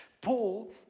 Paul